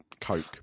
Coke